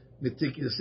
meticulously